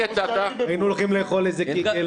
היינו הולכים לאכול איזה קיגל.